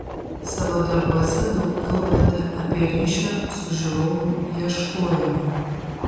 savo darbuose daug kalbate apie ryšio su žiūrovu ieškojimą